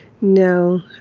No